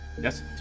Yes